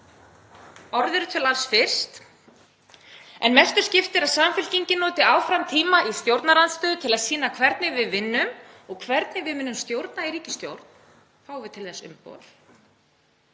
Orð eru til alls fyrst. En mestu skiptir að Samfylkingin noti áfram tímann í stjórnarandstöðu til að sýna hvernig við vinnum og hvernig við munum stjórna í ríkisstjórn, fáum við til þess umboð.